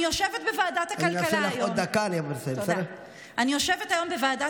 אני מבקש ממך לא לנהל שיח.